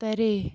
تَرے